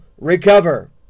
recover